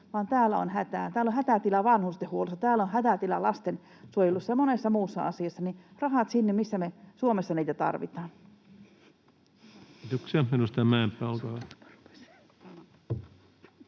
Täällä on hätätila vanhustenhuollossa, täällä on hätätila lastensuojelussa ja monessa muussa asiassa, joten rahat sinne, missä me Suomessa niitä tarvitaan.